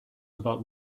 about